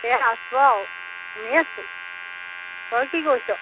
এ আছো আৰু এনে আছো তই কি কৰিছ'